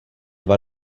dva